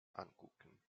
ankucken